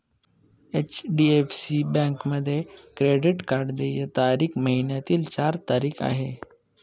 HDFC बँकेमध्ये credit card देय तारीख महिन्याची चार तारीख आहे